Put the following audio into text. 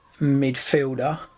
midfielder